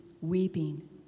weeping